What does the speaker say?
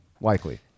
likely